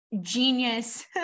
genius